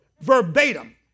verbatim